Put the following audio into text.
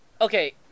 Okay